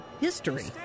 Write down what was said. history